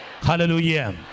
Hallelujah